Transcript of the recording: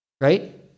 Right